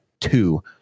two